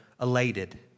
elated